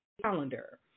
calendar